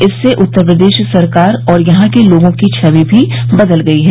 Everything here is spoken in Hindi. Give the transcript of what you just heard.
इससे उत्तर प्रदेश सरकार और यहां के लोगों की छवि भी बदल गई है